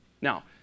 Now